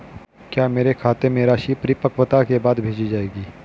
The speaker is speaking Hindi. क्या मेरे खाते में राशि परिपक्वता के बाद भेजी जाएगी?